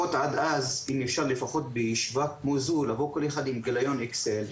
אם אפשר עד אז לפחות בישיבה כמו זו לבוא כל אחד עם גיליון אקסל,